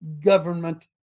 government